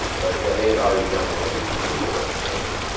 but yeah, they had already done all the research for that location.